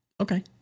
okay